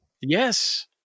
Yes